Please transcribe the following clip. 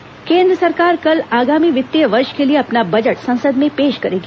budget केन्द्र सरकार कल आगामी वित्तीय वर्ष के लिए अपना बजट संसद में पेश करेगी